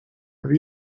have